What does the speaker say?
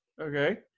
okay